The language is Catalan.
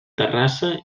terrassa